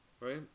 Right